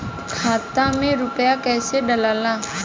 खाता में रूपया कैसे डालाला?